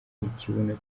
ikibuno